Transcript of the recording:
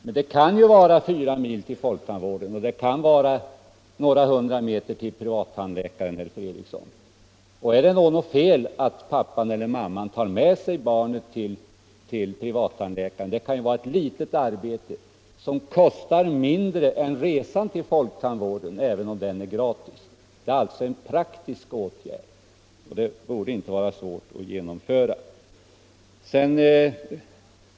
Men det kan ju vara fyra mil till folktandvården och bara några hundra meter till privattandläkaren, herr Fredriksson. Är det då något fel att pappan eller mamman tar med sig barnet till privattandläkaren? Det kan ju vara ett litet arbete som kostar mindre än resan till folktandvården, även om vården där är gratis. Det är alltså en praktisk åtgärd, och den borde inte vara svår att genomföra.